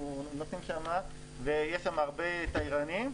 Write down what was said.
יש שם הרבה תיירנים,